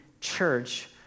church